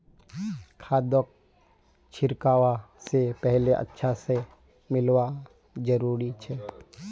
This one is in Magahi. खादक छिड़कवा स पहले अच्छा स मिलव्वा जरूरी छ